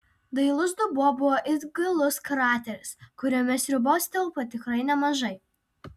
dailus dubuo buvo it gilus krateris kuriame sriubos tilpo tikrai nemažai